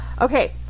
Okay